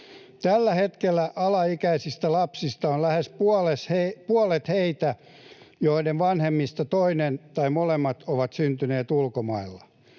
Tällä hetkellä alaikäisistä lapsista on lähes puolet heitä, joiden vanhemmista toinen tai molemmat ovat syntyneet ulkomailla.